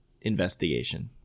investigation